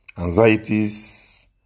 Anxieties